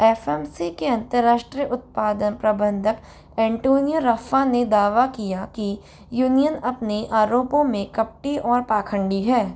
F M C के अंतर्राष्ट्रीय उत्पादन प्रबंधक एंटोनियो रफ़्फ़ा ने दावा किया कि यूनियन अपने आरोपों में कपटी और पाखंडी है